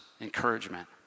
encouragement